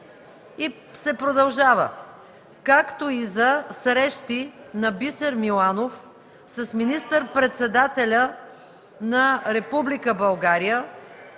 и се продължава: „както и за срещи на Бисер Миланов с министър-председателя на